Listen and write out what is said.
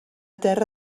terra